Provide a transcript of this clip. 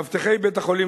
מאבטחי בית-החולים,